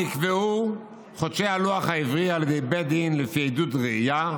נקבעו חודשי הלוח העברי על ידי בית דין לפי עדות ראיה,